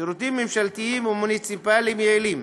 שירותים ממשלתיים ומוניציפליים יעילים